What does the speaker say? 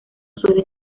suele